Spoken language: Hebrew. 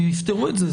יפתרו את זה.